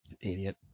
Idiot